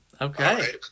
Okay